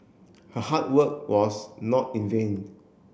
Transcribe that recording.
her hard work was not in vain